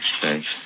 Thanks